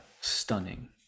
stunning